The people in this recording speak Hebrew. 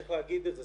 צריך להגיד את זה.